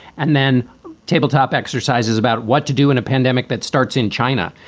and then tabletop exercises about what to do in a pandemic that starts in china.